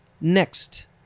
Next